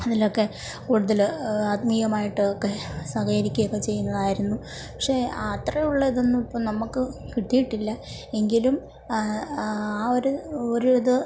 അതിലൊക്കെ കൂടുതൽ ആത്മീയമായിട്ടൊക്കെ സഹകരിക്കുക ഒക്കെ ചെയ്യുന്നതായിരുന്നു പക്ഷേ ആ അത്രയുള്ള ഇതൊന്നും ഇപ്പം നമുക്ക് കിട്ടിയിട്ടില്ല എങ്കിലും ആ ഒരു ഒരിത്